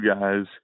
guys